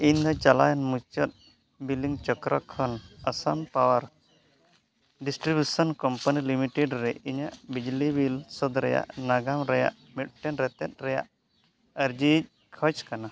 ᱤᱧᱫᱚ ᱪᱟᱞᱟᱣᱮᱱ ᱢᱩᱪᱟᱹᱫ ᱵᱤᱞᱤᱢ ᱪᱚᱠᱨᱚ ᱠᱷᱚᱱ Assam power distribution company limited ᱨᱮ ᱤᱧᱟᱹᱜ ᱵᱤᱡᱽᱞᱤ ᱵᱤᱞ ᱥᱳᱫᱷ ᱨᱮᱱᱟᱜ ᱱᱟᱜᱟᱢ ᱨᱮᱱᱟᱜ ᱢᱤᱫᱴᱮᱱ ᱨᱮᱛᱮᱫ ᱨᱮᱱᱟᱜ ᱟᱨᱡᱤᱧ ᱠᱷᱚᱡᱽ ᱠᱟᱱᱟ